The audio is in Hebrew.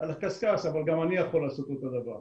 על הקשקש, אבל גם אני יכול לעשות אותו דבר.